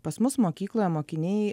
pas mus mokykloje mokiniai